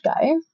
go